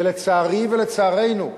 ולצערי, ולצערנו,